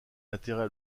intérêt